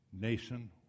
nation